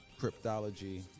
cryptology